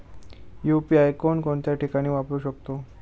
UPI कोणकोणत्या ठिकाणी वापरू शकतो?